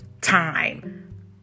time